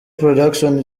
production